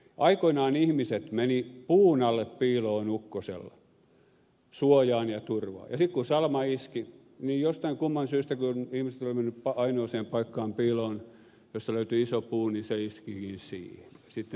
aikoinaan ihmiset menivät puun alle piiloon ukkosella suojaan ja turvaan ja sitten kun salama iski niin jostain kumman syystä kun ihmiset olivat menneet piiloon ainoaan paikkaan josta löytyi iso puu niin se iskikin siihen